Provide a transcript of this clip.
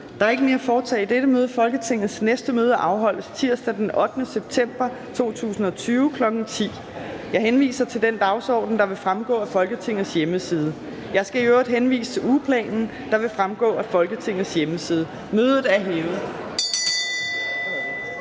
Der er ikke mere at foretage i dette møde. Folketingets næste møde afholdes tirsdag den 8. september 2020, kl. 10.00. Jeg henviser til den dagsorden, der vil fremgå af Folketingets hjemmeside. Jeg skal i øvrigt henvise til ugeplanen, der vil fremgå af Folketingets hjemmeside. Mødet er hævet.